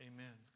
Amen